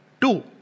two